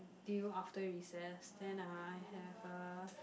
due after recess then uh I have uh